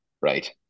right